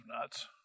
nuts